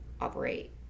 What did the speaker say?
operate